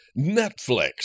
Netflix